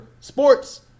sports